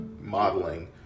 modeling